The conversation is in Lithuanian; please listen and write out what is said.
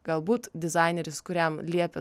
galbūt dizaineris kuriam liepė